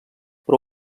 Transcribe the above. però